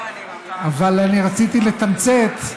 אבל אני רציתי לתמצת,